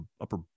upper